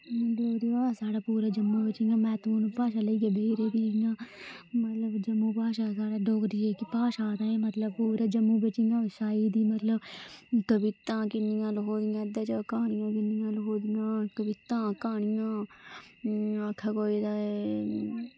डोगरी ऐ साढ़े पूरे जम्मू च इन्नी महत्वपुर्ण भाशा ऐ ते मतलब जेह्की डोगरी पूरी भाशा ऐ मतलब आई दी मतलब कविता किन्नियां लखोई दियां एह्दे च कवितां क्हानियां इं'या आक्खे कोई तां